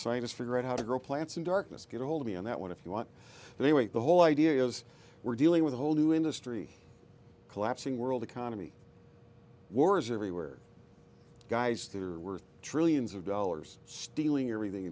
scientist figure out how to grow plants in darkness get a hold of me on that one if you want the way the whole idea is we're dealing with a whole new industry collapsing world economy wars everywhere guys that are worth trillions of dollars stealing everything